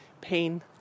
pain